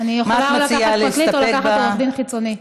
אני יכולה או לקחת פרקליט או לקחת עורך דין חיצוני.